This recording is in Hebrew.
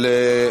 של,